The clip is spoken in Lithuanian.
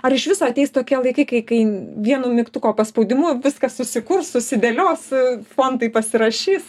ar iš viso ateis tokie laikai kai kai vienu mygtuko paspaudimu viskas susikurs susidėlios fondai pasirašys